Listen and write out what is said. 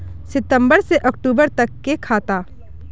सितम्बर से अक्टूबर तक के खाता?